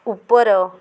ଉପର